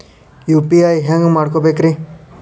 UPI ಹ್ಯಾಂಗ ಮಾಡ್ಕೊಬೇಕ್ರಿ?